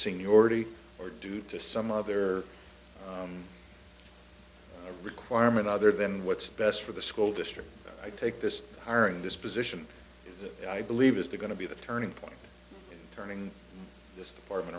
seniority or due to some other requirement other than what's best for the school district i take this are in this position is that i believe is the going to be the turning point in turning this department